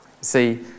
See